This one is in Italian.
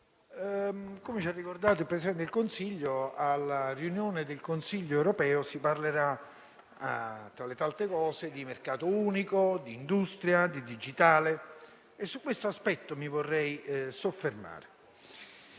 come ci ha ricordato il Presidente del Consiglio, alla riunione del Consiglio europeo si parlerà, tra le tante cose, di mercato unico, di industria, di digitale e su questo aspetto mi vorrei soffermare.